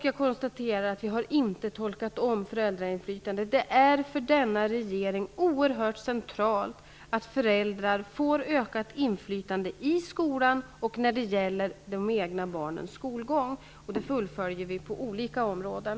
Jag konstaterar också att vi inte har omtolkat föräldrainflytandet. Det är för denna regering oerhört centralt att föräldrar får ökat inflytande i skolan och när det gäller de egna barnens skolgång. Det fullföljer vi på olika områden.